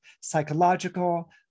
psychological